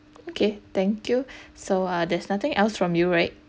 okay thank you so uh there's nothing else from right